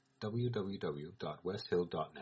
www.westhill.net